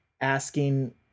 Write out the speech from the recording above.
asking